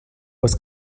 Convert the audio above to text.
was